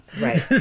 Right